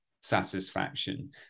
satisfaction